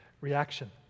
reaction